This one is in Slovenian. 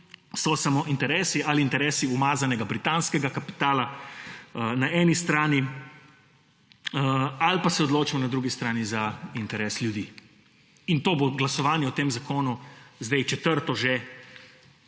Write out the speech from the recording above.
So samo interesi ali interesi umazanega britanskega kapitala na eni strani ali pa se odločimo na drugi strani za interes ljudi in to bo glasovanje o tem zakonu, zdaj četrto že, na seji